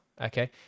okay